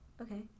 okay